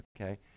Okay